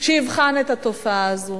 שיבחן את התופעה הזאת,